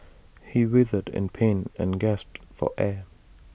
he writhed in pain and gasped for air